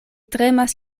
tremas